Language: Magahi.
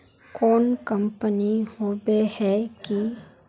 कोई कंपनी होबे है की?